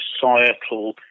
societal